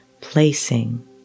placing